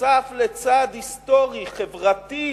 נוסף על צעד היסטורי חברתי,